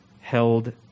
held